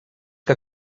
que